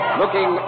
looking